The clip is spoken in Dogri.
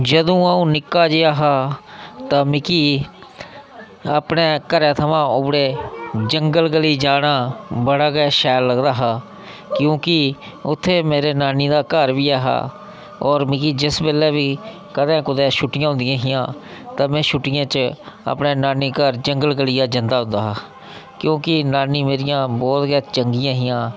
जदूं अ'ऊं निक्का जेहा हा तां मिगी अपने घरै थमां उबड़े जंगल गली जाना बड़ा गै शैल लगदा हा की जे उत्थें मेरे नानी दा घर बी ऐ हा होर मिगी जिस बेल्लै बी कदें कुदै छुट्टियां होंदियां हियां तां में छुट्टियें च अपने नानी घर जंगल गलियै जंदा होंदा हा की जे नानी मेरियां बहुत गै चंगियां हियां